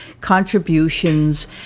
contributions